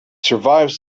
survives